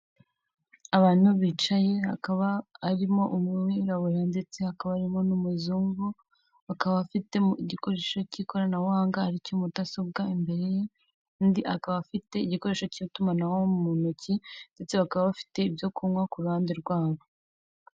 Abantu bicaye hakaba arimo umwirabura ndetse akaba harimo n'umuzungu, akaba afite igikoresho cy'ikoranabuhanga ari icya mudasobwa imbere ye, undi akaba afite igikoresho cy'itumanaho mu ntoki, ndetse bakaba bafite ibyo kunywa ku ruhande rwabo.